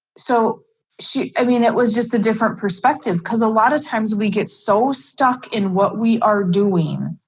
so she, i mean, it was just a different perspective, because a lot of times we get so stuck in what we are doing,